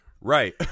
Right